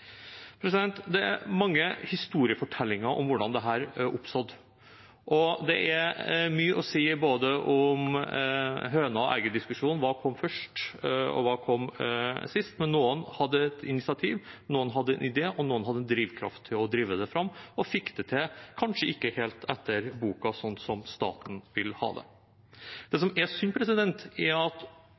Det er mange historiefortellinger om hvordan dette har oppstått. Det er mye å si om høna-og egget-diskusjonen – hva kom først, og hva kom sist? – men noen hadde et initiativ, noen hadde en idé, og noen hadde drivkraft til å drive det fram og fikk det til, om kanskje ikke helt etter boka slik staten vil ha det. Det som er synd, er at